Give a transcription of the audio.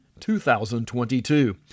2022